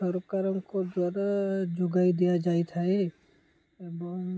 ସରକାରଙ୍କ ଦ୍ୱାରା ଯୋଗାଇ ଦିଆଯାଇଥାଏ ଏବଂ